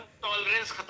tolerance